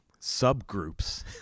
subgroups